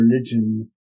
religion